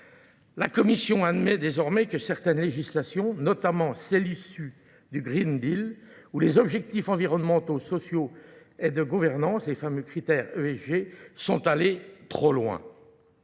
La Commission admet désormais que certaines législations, notamment celles issues du Green Deal, où les objectifs environnementaux sociaux et de gouvernance, les fameux critères ESG, sont allés trop loin.